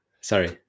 Sorry